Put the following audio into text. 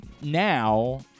Now